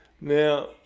Now